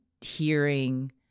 hearing